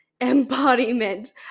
embodiment